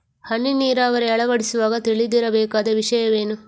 ಹನಿ ನೀರಾವರಿ ಅಳವಡಿಸುವಾಗ ತಿಳಿದಿರಬೇಕಾದ ವಿಷಯವೇನು?